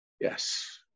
Yes